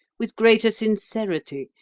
with greater sincerity,